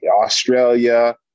Australia